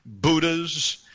Buddhas